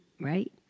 right